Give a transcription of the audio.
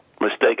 mistake